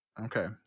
Okay